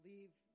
leave